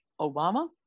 Obama